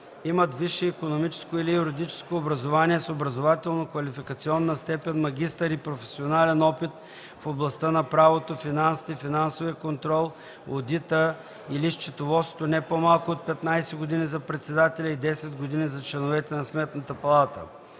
имат висше икономическо или юридическо образование с образователно-квалификационна степен „магистър” и професионален опит в областта на правото, финансите, финансовия контрол, одита или счетоводството не по-малко от 15 години за председателя и 10 години за членовете на Сметната палата;